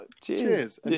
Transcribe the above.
Cheers